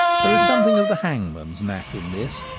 there is something of the hangman's knack in this,